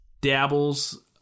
dabbles